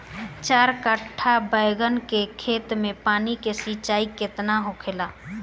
चार कट्ठा बैंगन के खेत में पानी के सिंचाई केतना होला?